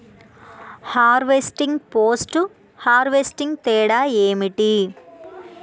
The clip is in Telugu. హార్వెస్టింగ్, పోస్ట్ హార్వెస్టింగ్ తేడా ఏంటి?